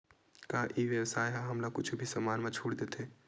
का ई व्यवसाय ह हमला कुछु भी समान मा छुट देथे?